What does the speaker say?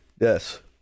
yes